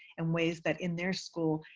and ways that in their school,